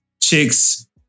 chicks